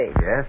Yes